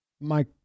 Mike